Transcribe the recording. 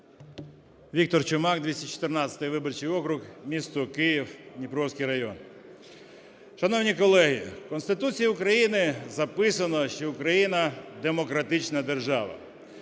Віктор Чумак, 214 виборчий округ, місто Київ, Дніпровський район. Шановні колеги, в Конституції України записано, що Україна – демократична держава.